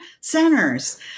centers